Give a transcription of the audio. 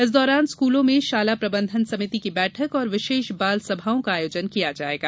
इस दौरान स्कूलों में शाला प्रबंधन समिति की बैठक और विशेष बाल सभाओं का आयोजन किया जायेगा